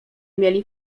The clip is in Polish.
mieli